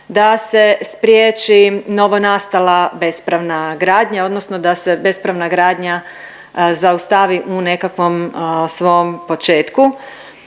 da se spriječi novonastala bespravna gradnja odnosno da se bespravna gradnja zaustavi u nekakvom svom početku